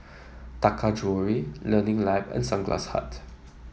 Taka Jewelry Learning Lab and Sunglass Hut